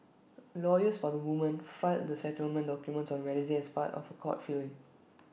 lawyers for the women filed the settlement documents on Wednesday as part of A court filing